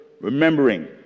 remembering